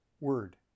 Word